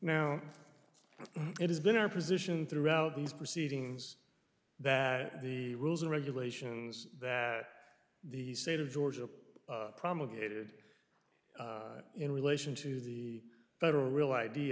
now it has been our position throughout these proceedings that the rules and regulations that the state of georgia promulgated in relation to the federal real i